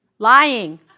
Lying